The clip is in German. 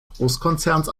großkonzerns